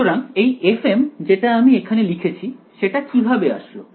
সুতরাং এই fm যেটা আমি এখানে লিখেছি সেটা কিভাবে আসলো